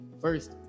first